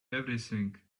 everything